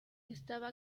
estaba